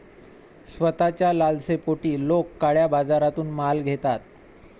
स्वस्ताच्या लालसेपोटी लोक काळ्या बाजारातून माल घेतात